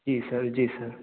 जी sir जी sir